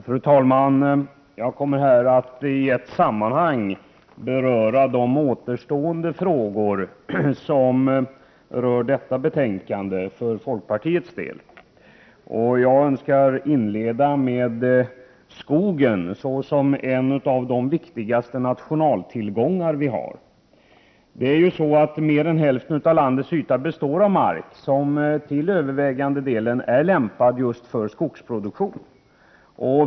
Fru talman! Jag kommer här att i ett sammanhang beröra de återstående frågor i detta betänkande som folkpartiet haft del i. Jag önskar inleda anförandet med att säga något om skogen, som är en av de viktigaste nationaltillgångar som vi i Sverige har. Mer än hälften av landets yta består ju av mark som till övervägande delen är lämpad för just skogsproduktion.